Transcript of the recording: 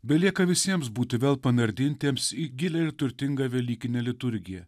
belieka visiems būti vėl panardintiems į gilią ir turtingą velykinę liturgiją